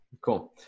cool